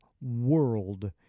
world